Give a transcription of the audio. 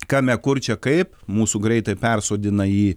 kame kur čia kaip mūsų greitai persodina į